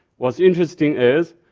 what's interesting is,